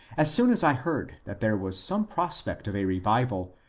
as soon as i heard that there was some prospect of a revival,